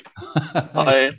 Hi